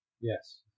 Yes